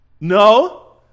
no